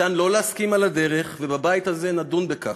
ניתן לא להסכים על הדרך, ובבית הזה נדון בכך,